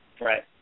right